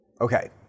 Okay